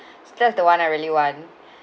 that's the one I really want